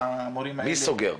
מי סוגר?